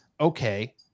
Okay